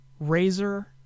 razor